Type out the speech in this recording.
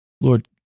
Lord